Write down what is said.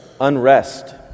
Unrest